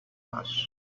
ash